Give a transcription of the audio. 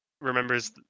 remembers